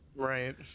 right